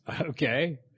Okay